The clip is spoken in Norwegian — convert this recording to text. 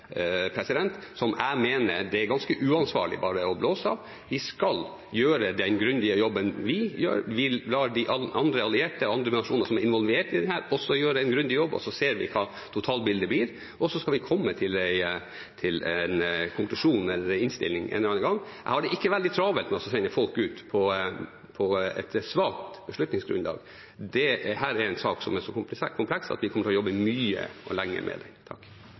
som jeg mener det er ganske uansvarlig bare å blåse av. Vi skal gjøre den grundige jobben vi gjør. Vi lar de andre allierte, andre nasjoner som er involvert i dette, også gjøre en grundig jobb, og så ser vi hva totalbildet blir, og så skal vi komme til en konklusjon, eller en innstilling, en eller annen gang. Jeg har det ikke veldig travelt med å sende folk ut på et svakt beslutningsgrunnlag. Dette er en sak som er så kompleks at vi kommer til å jobbe mye og lenge med den.